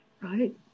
Right